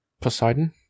Poseidon